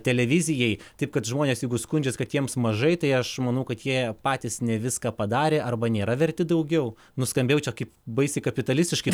televizijai taip kad žmonės jeigu skundžias kad jiems mažai tai aš manau kad jie patys ne viską padarė arba nėra verti daugiau nuskambėjau čia kaip baisiai kapitalistas kaip